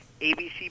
ABC